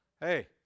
Hey